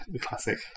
classic